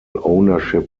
ownership